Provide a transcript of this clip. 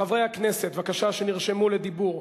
בבקשה, חברי הכנסת שנרשמו לדיבור.